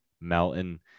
Melton